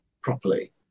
properly